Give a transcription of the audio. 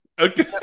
Okay